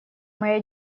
моя